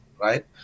right